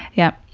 yep.